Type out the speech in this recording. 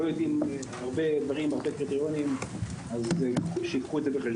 לא, חבר'ה, סליחה.